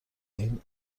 این